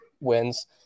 wins